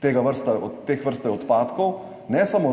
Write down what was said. teh vrst odpadkov. Ne samo